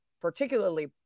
particularly